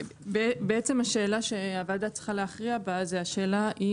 בעצם השאלה שהוועדה צריכה להכריע בה היא השאלה אם